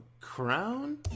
crown